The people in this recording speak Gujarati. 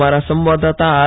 અમારા સંવાદદાતા આર